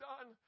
done